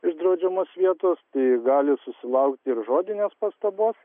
iš draudžiamos vietos tai gali susilaukti ir žodinės pastabos